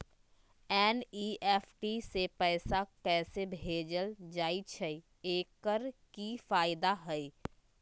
NEFT से पैसा कैसे भेजल जाइछइ? एकर की फायदा हई?